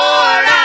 Lord